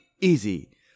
easy